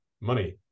money